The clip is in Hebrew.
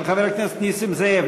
של חבר הכנסת נסים זאב,